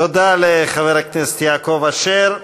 תודה לחבר הכנסת יעקב אשר.